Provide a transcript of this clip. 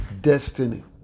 destiny